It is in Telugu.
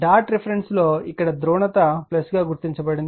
డాట్ రిఫరెన్స్ లో ఇక్కడ ధ్రువణత గా గుర్తించబడింది